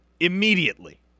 immediately